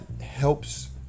helps